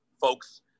folks